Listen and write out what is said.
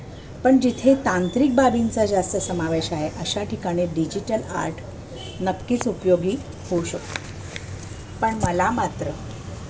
पण जिथे तांत्रिक बाबींचा जास्त समावेश आहे अशा ठिकाणी डिजिटल आर्ट नक्कीच उपयोगी होऊ शकतो पण मला मात्र